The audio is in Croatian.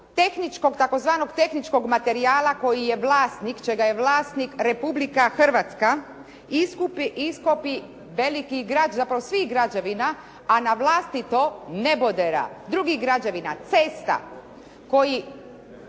tehničkog, tzv. tehničkog materijala koji je vlasnik, čega je vlasnik Republika Hrvatska iskupi, iskopi velikih, zapravo svih građevina, a na vlastito nebodera, drugih građevina, cesta koji